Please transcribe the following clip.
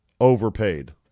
overpaid